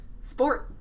Sport